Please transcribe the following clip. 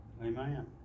Amen